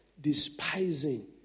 despising